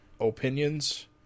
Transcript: opinions